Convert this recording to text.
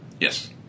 Yes